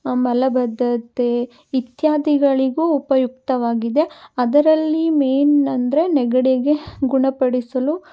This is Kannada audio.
ಮಲಬದ್ಧತೆ ಇತ್ಯಾದಿಗಳಿಗೂ ಉಪಯುಕ್ತವಾಗಿದೆ ಅದರಲ್ಲಿ ಮೈನ್ ಅಂದರೆ ನೆಗಡಿಗೆ ಗುಣಪಡಿಸಲು